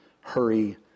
hurry